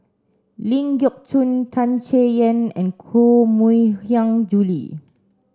Ling Geok Choon Tan Chay Yan and Koh Mui Hiang Julie